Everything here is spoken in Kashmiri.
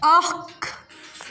اَکھ